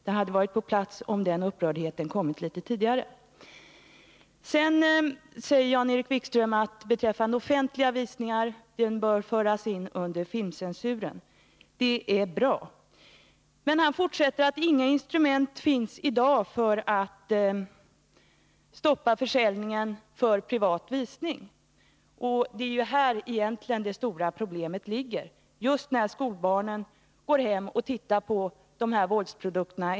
Det hade varit på sin plats om den upprördheten hade kommit till uttryck litet tidigare. Frågan om offentliga visningar bör föras in under filmcensuren, säger Nr 37 Jan-Erik Wikström. Det är bra. Men han fortsätter med att säga att det i dag inte finns några instrument för att stoppa försäljningen för privat visning. Det är ju här det stora problemet egentligen ligger — att skolbarnen kan gå hem till varandra och titta på dessa våldsprodukter.